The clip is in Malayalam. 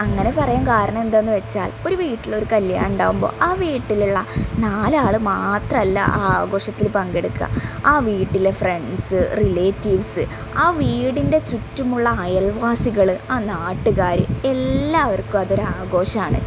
അങ്ങനെ പറയാൻ കാരണം എന്താണെന്ന് വച്ചാൽ ഒരു വീട്ടിലൊരു കല്ല്യാണമുണ്ടാകുമ്പോ ആ വീട്ടിലുള്ള നാലാൾ മാത്രമല്ല ആ ആഘോഷത്തിൽ പങ്കെടുക്കുക ആ വീട്ടിലെ ഫ്രണ്ട്സ് റിലേറ്റീവ്സ് ആ വീടിന്റെ ചുറ്റുമുള്ള അയൽവാസികൾ ആ നാട്ടുകാർ എല്ലാവർക്കും അതൊരാഘോഷമാണ്